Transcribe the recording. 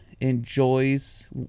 enjoys